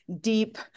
deep